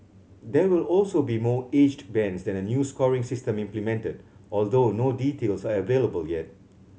there will also be more aged bands and a new scoring system implemented although no details are available yet